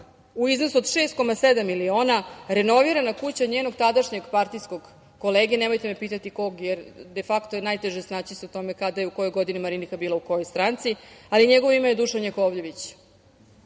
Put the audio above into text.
u iznosu od 6,7 miliona, renovirana kuća njenog tadašnjeg partijskog kolege, nemojte me pitati kog, jer defakto je najteže snaći se u tome kada je, u kojoj godini Marinika bila u kojoj stranci, ali njegovo ime je Dušan Jakovljević. Da